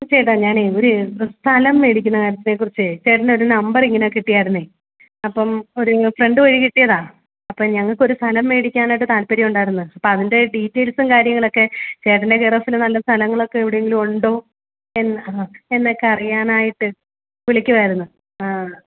ചേട്ടാ ഞാനേ ഒരു സ്ഥലം മേടിക്കുന്ന കാര്യത്തിനെ കുറിച്ചേ ചേട്ടൻ്റെ ഒരു നമ്പർ ഇങ്ങനെ കിട്ടിയായിരുന്നേ അപ്പം ഒരു ഫ്രണ്ട് വഴി കിട്ടിയതാണ് അപ്പം ഞങ്ങൾക്ക് ഒരു സ്ഥലം മേടിക്കാനായിട്ട് താല്പര്യം ഉണ്ടായിരുന്നു അപ്പോൾ അതിൻ്റെ ഡീറ്റെയിൽസും കാര്യങ്ങളുമൊക്കെ ചേട്ടൻ്റെ കെയർ ഓഫിൽ നല്ല സ്ഥലങ്ങൾ ഒക്കെ എവിടെയെങ്കിലും ഉണ്ടോ എന്ന് എന്നൊക്കെ അറിയാനായിട്ട് വിളിക്കുവായിരുന്നു ആ